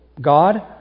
God